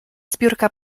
zbiórka